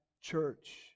church